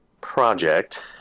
project